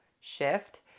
shift